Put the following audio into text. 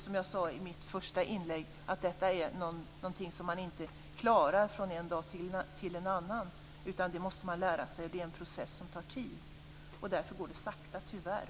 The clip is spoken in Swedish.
Som jag sade i mitt första inlägg är detta någonting som man inte klarar från en dag till en annan. Det är en process som tar tid, och därför går det sakta, tyvärr.